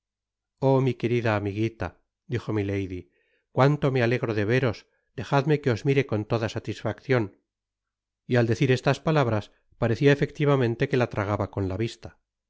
oh mi querida amiguita dijo milady cuanto me alegro de veros dejadme que os mire con toda satisfaccion y al decir estas palabras parecía efectivamente que la tragaba con la vista